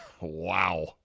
Wow